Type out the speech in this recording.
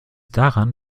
daran